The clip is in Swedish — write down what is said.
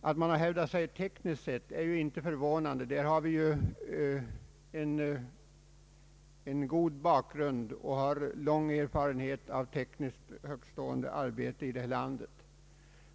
Att man hävdat sig tekniskt sett är inte förvånande — där har vi en god bakgrund och lång erfarenhet av tekniskt högtstående arbete.